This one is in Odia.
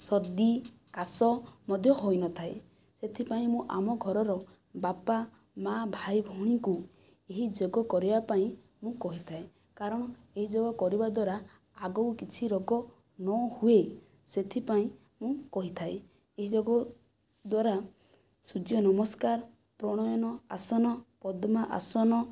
ସର୍ଦି କାଶ ମଧ୍ୟ ହୋଇନଥାଏ ସେଥିପାଇଁ ମୁଁ ଆମ ଘରର ବାପା ମା ଭାଇ ଭଉଣୀଙ୍କୁ ଏହି ଯୋଗ କରିବା ପାଇଁ ମୁଁ କହିଥାଏ କାରଣ ଏହି ଯୋଗ କରିବା ଦ୍ୱାରା ଆଗକୁ କିଛି ରୋଗ ନ ହୁଏ ସେଥିପାଇଁ ମୁଁ କହିଥାଏ ଏହି ଯୋଗ ଦ୍ୱାରା ସୂର୍ଯ୍ୟ ନମସ୍କାର ପ୍ରଣୟନ ଆସନ ପଦ୍ମାସନ